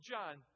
John